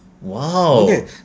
Wow